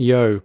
Yo